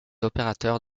opérateurs